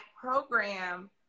program